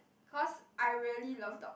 cause I really love dog